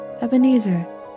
Ebenezer